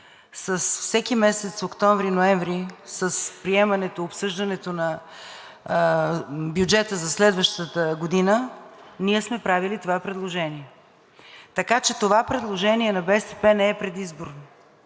с всеки месец – октомври, ноември, с приемането и обсъждането на бюджета за следващата година, ние сме правили това предложение. Така че това предложение на БСП не е предизборно